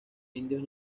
indios